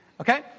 Okay